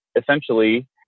essentially